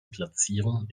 platzierung